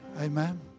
amen